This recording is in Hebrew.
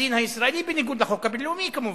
הדין הישראלי, בניגוד לחוק הבין-לאומי, כמובן.